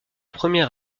première